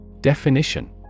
Definition